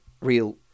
real